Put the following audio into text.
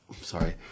sorry